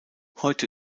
heute